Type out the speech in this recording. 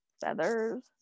feathers